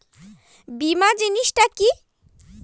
বীমা জিনিস টা কি?